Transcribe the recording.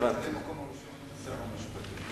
הממלא-מקום הראשון הוא שר המשפטים.